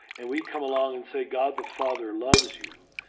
and we come along and say, god, the father, loves you,